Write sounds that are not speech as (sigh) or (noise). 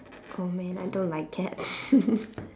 oh man I don't like cat (laughs)